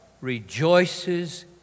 rejoices